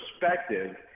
perspective